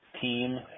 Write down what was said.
team